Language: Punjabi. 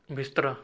ਬਿਸਤਰਾ